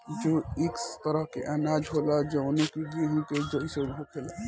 जौ एक तरह के अनाज होला जवन कि गेंहू के जइसन होखेला